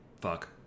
fuck